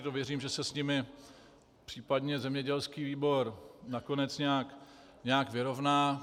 To věřím, že se s nimi případně zemědělský výbor nakonec nějak vyrovná.